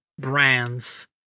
brands